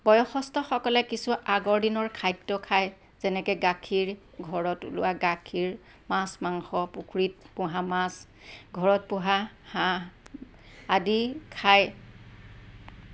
বয়সস্থসকলে কিছু আগৰ দিনৰ খাদ্য খায় যেনেকৈ গাখীৰ ঘৰত ওলোৱা গাখীৰ মাছ মাংস পুখুৰীত পোহা মাছ ঘৰত পোহা হাঁহ আদি খায়